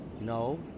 No